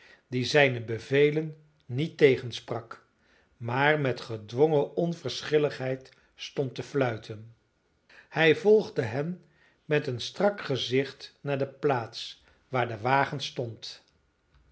die zijne bevelen niet tegensprak maar met gedwongen onverschilligheid stond te fluiten hij volgde hen met een strak gezicht naar de plaats waar de wagen stond